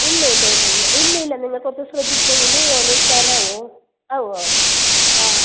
ഇല്ല ഇല്ല ഇല്ല ഇല്ല ഇല്ല ഇല്ല നിങ്ങൾക്കത് ശ്രദ്ധിച്ചെങ്കിൽ ഓൻ ഉഷാറാവും ആവുമോ ആ